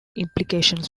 implications